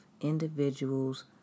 individuals